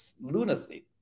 lunacy